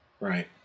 Right